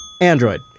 Android